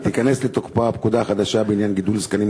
ביום רביעי תיכנס לתוקפה הפקודה החדשה לחיילים בעניין היתר לגדל זקנים.